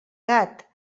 gat